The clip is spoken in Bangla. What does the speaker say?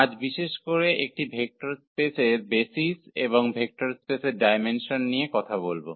আজ বিশেষ করে একটি ভেক্টর স্পেসের বেসিস এবং ভেক্টর স্পেসের ডাইমেনসন নিয়ে কথা বলবো